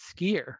skier